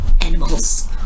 animals